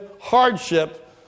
hardship